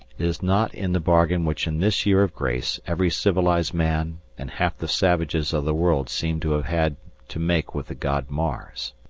is not in the bargain which in this year of grace every civilized man and half the savages of the world seem to have had to make with the god mars.